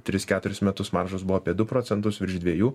tris keturis metus maržos buvo apie du procentus virš dviejų